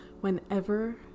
whenever